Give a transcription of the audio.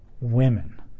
women